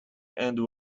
and